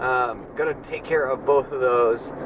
gonna take care of both of those